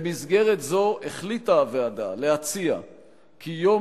במסגרת זו החליטה הוועדה להציע כי יום